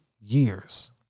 years